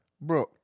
Bro